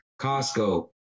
Costco